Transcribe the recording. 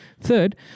Third